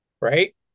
Right